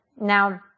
Now